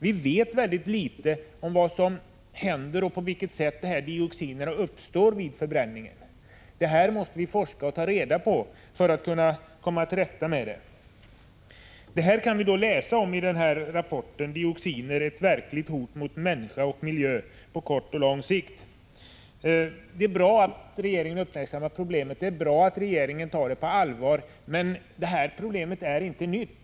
Vi vet mycket litet om vad som händer och på vilket sätt dioxinerna uppstår vid förbränning. Det måste vi ta reda på för att kunna komma till rätta med problemet. Vi kan läsa om det i rapporten ”Dioxiner — ett verkligt hot mot människa och miljö på kortare respektive lång sikt”. Det är bra att regeringen uppmärksammar problemet och tar det på allvar, men det är inte nytt.